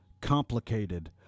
complicated